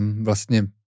vlastně